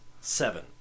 Seven